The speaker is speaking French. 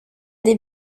des